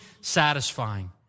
satisfying